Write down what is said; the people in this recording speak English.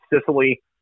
Sicily